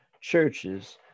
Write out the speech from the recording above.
churches